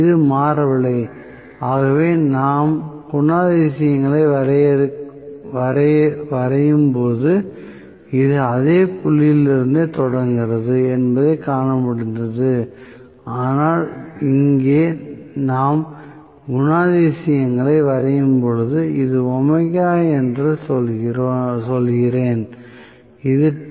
இது மாறவில்லை ஆகவே நாம் குணாதிசயங்களை வரையும்போது இது அதே புள்ளியிலிருந்தே தொடங்குகிறது என்பதைக் காண முடிந்தது ஆனால் இங்கே நாம் குணாதிசயங்களை வரையும்போது இது என்று நான் சொல்கிறேன் இது Te